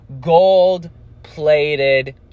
gold-plated